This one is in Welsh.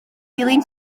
dilyn